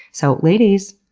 so, ladies,